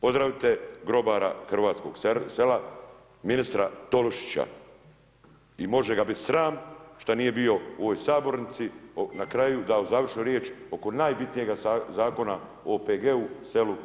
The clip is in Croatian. Pozdravite grobara hrvatskog sela ministra Tolušića i može ga bit sram šta nije bio u ovoj sabornici na kraju dao završnu riječ oko najbitnijega zakona o OPG-u, selu i seljaku.